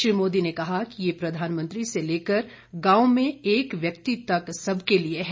श्री मोदी ने कहा कि यह प्रधानमंत्री से लेकर गांव में एक व्यक्ति तक सबके लिए है